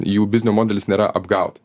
jų biznio modelis nėra apgaut